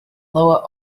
lower